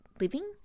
living